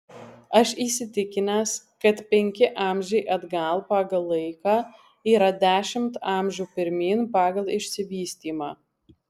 aš įsitikinęs kad penki amžiai atgal pagal laiką yra dešimt amžių pirmyn pagal išsivystymą